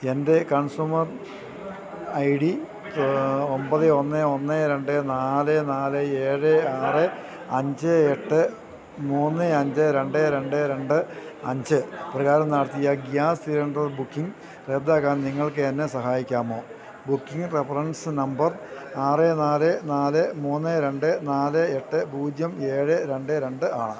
എൻ്റെ consumer I D ഒമ്പത് ഒന്ന് ഒന്ന് രണ്ട് നാല് നാല് ഏഴ് ആറ് അഞ്ച് എട്ട് മൂന്ന് അഞ്ച് രണ്ട് രണ്ട് രണ്ട് അഞ്ച് ഇപ്രകാരം നടത്തിയ ഗ്യാസ് സിലിണ്ടർ ബുക്കിംഗ് റദ്ദാക്കാൻ നിങ്ങൾക്കെന്നെ സഹായിക്കാമോ ബുക്കിംഗ് റഫറൻസ് നമ്പർ ആറ് നാല് നാല് മൂന്ന് രണ്ട് നാല് എട്ട് പൂജ്യം ഏഴ് രണ്ട് രണ്ടാണ്